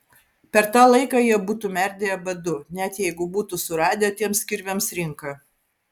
per tą laiką jie būtų merdėję badu net jeigu būtų suradę tiems kirviams rinką